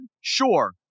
Sure